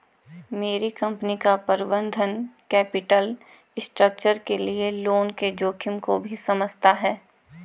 मेरी कंपनी का प्रबंधन कैपिटल स्ट्रक्चर के लिए लोन के जोखिम को भी समझता है